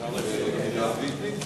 אדוני השר, משרד הבריאות,